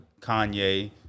kanye